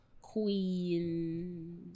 queen